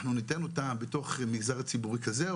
אנחנו ניתן אותה בתוך מגזרי ציבורי כזה,